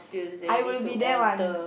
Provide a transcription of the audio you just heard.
I will be there one